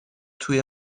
توی